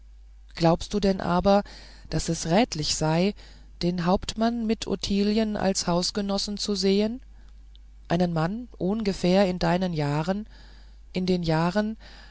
glaubst du denn aber daß es rätlich sei den hauptmann mit ottilien als hausgenossen zu sehen einen mann ohngefähr in deinen jahren in den jahren